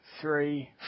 three